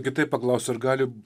kitaip paklausiu ar gali